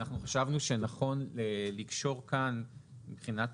אנחנו חשבנו שנכון לקשור כאן מבחינת